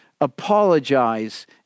apologize